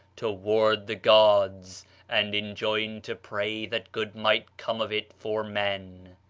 toward the gods and enjoined to pray that good might come of it for men.